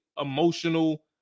emotional